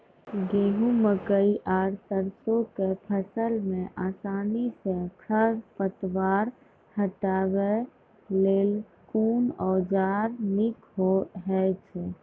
गेहूँ, मकई आर सरसो के फसल मे आसानी सॅ खर पतवार हटावै लेल कून औजार नीक है छै?